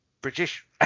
British